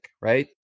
right